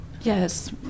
Yes